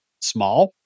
small